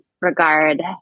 regard